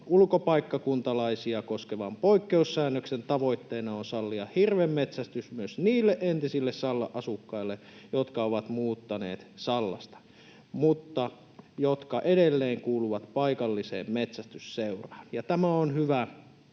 Ulkopaikkakuntalaisia koskevan poikkeussäännöksen tavoitteena on sallia hirvenmetsästys myös niille entisille Sallan asukkaille, jotka ovat muuttaneet Sallasta mutta jotka edelleen kuuluvat paikalliseen metsästysseuraan. Ja tämä on hyvä